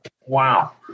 wow